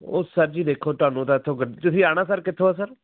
ਉਹ ਸਰ ਜੀ ਦੇਖੋ ਤੋਹਾਨੂੰ ਤਾਂ ਇੱਥੋ ਗੱ ਤੁਸੀਂ ਆਉਣਾ ਸਰ ਕਿੱਥੋ ਆ ਸਰ